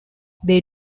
they